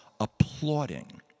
applauding